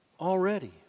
already